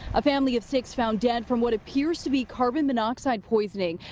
a family of six found dead from what appears to be carbon monoxide poisoning,